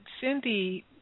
Cindy